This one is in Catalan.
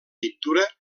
pintura